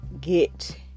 get